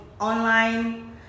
online